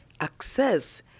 access